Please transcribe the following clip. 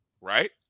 right